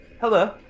Hello